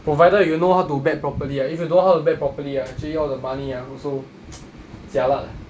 provided you know how to bet properly ah if you don't know how to bet properly ah actually all the money ah also jialat ah